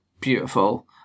beautiful